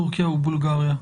טורקיה ובולגריה.